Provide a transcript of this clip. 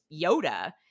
Yoda